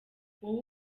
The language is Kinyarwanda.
wowe